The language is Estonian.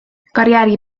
karjääri